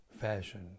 fashion